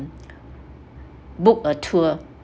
book a tour